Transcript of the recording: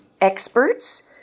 experts